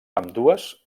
ambdues